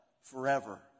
forever